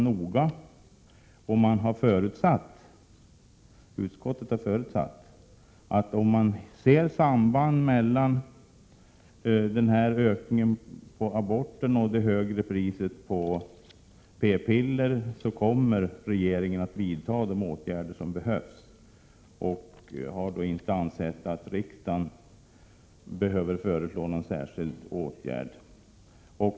Utskottet har förutsatt att regeringen kommer att vidta de åtgärder som behövs om ett samband mellan denna ökning av antalet aborter och det högre priset på p-piller kan noteras. Utskottet har därför inte ansett att riksdagen behöver föreslå någon särskild åtgärd.